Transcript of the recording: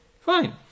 fine